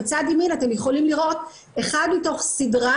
בצד ימין אתם יכולים לראות אחד מתוך סדרה